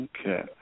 Okay